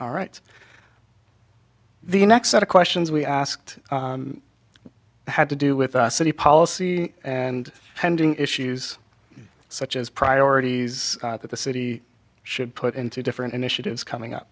all right the next set of questions we asked had to do with us city policy and pending issues such as priorities that the city should put into different initiatives